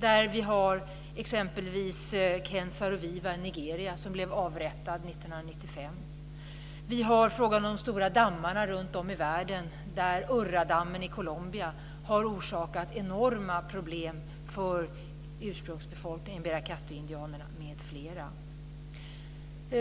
Det gäller exempelvis Ken Saro-Wiwa i Nigeria, som blev avrättad år 1995. Vi har frågan om de stora dammarna runtom i världen. Urrádammen i Colombia har orsakat enorma problem för ursprungsbefolkningen, embera-katioindianerna m.fl.